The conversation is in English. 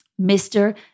Mr